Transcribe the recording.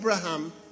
Abraham